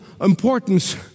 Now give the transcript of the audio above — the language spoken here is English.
importance